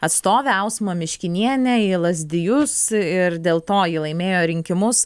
atstovę ausmą miškinienę į lazdijus ir dėl to ji laimėjo rinkimus